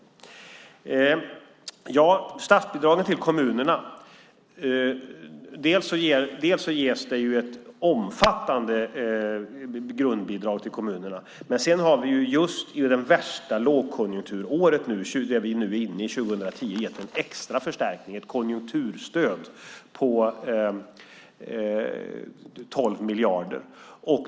När det gäller statsbidragen till kommunerna ges det ett omfattande grundbidrag till kommunerna, men just i det värsta lågkonjunkturåret 2010 har vi gett en extra förstärkning, ett konjunkturstöd på 12 miljarder.